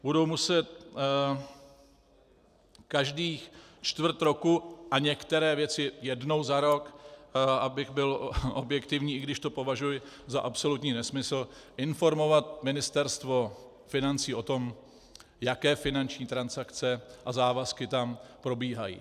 Budou muset každých čtvrt roku, a některé věci jednou za rok, abych byl objektivní, i když to považuji za absolutní nesmysl, informovat Ministerstvo financí o tom, jaké finanční transakce a závazky tam probíhají.